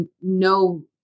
no